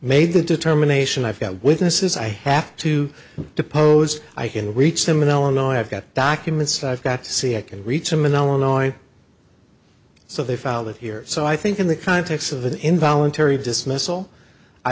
made that determination i've got witnesses i have to depose i can reach them in illinois i've got documents i've got to see i can reach them in illinois so they filed it here so i think in the context of an involuntary dismissal i